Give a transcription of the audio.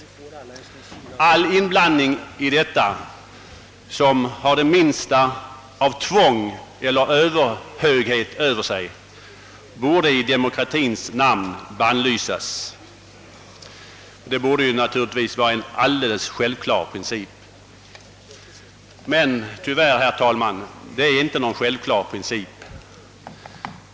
All inblandning däri, som har det minsta av tvång eller överhöghet över sig, borde i demokratiens namn bannlysas. Detta borde vara en alldeles självklar princip. Men tyvärr, herr talman, är det inte någon självklar princip.